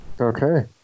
Okay